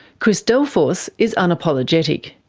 chris delforce is unapologetic.